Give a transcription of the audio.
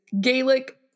Gaelic